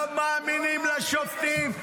לא מאמינים לשופטים.